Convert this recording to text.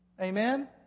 Amen